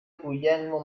guglielmo